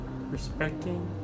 respecting